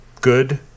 Good